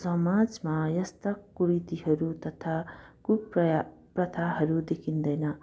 समाजमा यस्ता कुरीतिहरू तथा कुप्रथा प्रथाहरू देखिँदैन